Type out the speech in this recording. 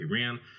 Iran